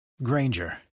Granger